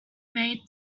made